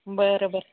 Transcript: बरं बरं